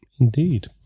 indeed